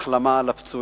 איחולי החלמה לפצועים.